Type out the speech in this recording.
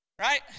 right